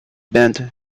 bent